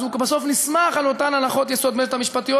אז הוא בסוף נסמך על אותן הנחות יסוד מטא-משפטיות,